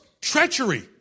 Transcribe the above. Treachery